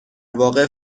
واقع